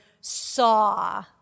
saw